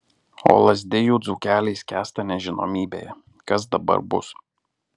o lazdijų dzūkeliai skęsta nežinomybėje kas dabar bus